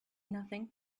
nothing